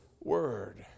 word